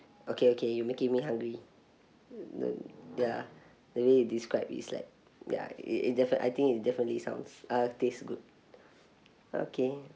okay okay you're making me hungry the ya the way you describe it's like ya it it defi~ I think it definitely sounds uh tastes good okay